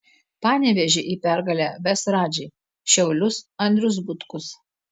panevėžį į pergalę ves radži šiaulius andrius butkus